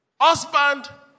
Husband